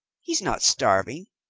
he's not starving.